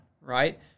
right